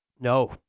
No